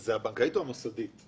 זה הבנקאית או המוסדית?